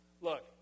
look